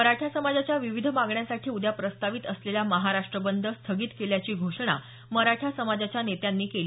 मराठा समाजाच्या विविध मागण्यांसाठी उद्या प्रस्तावित असलेला महाराष्ट बंद स्थगित केल्याची घोषणा मराठा समाजाच्या नेत्यांनी केली